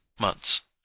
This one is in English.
months